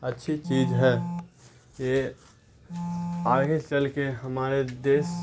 اچھی چیز ہے یہ آگے چل کے ہمارے دیش